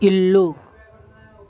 ఇల్లు